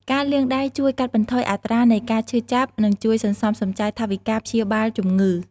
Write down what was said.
ការលាងដៃជួយកាត់បន្ថយអត្រានៃការឈឺចាប់ និងជួយសន្សំសំចៃថវិកាព្យាបាលជំងឺ។